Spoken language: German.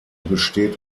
besteht